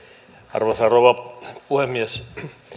arvoisa rouva puhemies